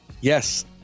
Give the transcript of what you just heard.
Yes